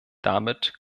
damit